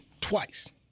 twice